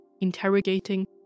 interrogating